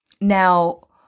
Now